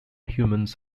humans